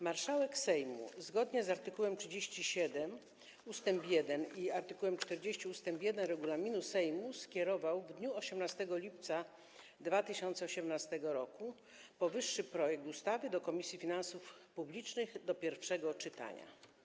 Marszałek Sejmu zgodnie z art. 37 ust. 1 i art. 40 ust. 1 regulaminu Sejmu skierował w dniu 18 lipca 2018 r. powyższy projekt ustawy do Komisji Finansów Publicznych do pierwszego czytania.